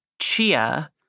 chia